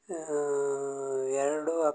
ಎರಡು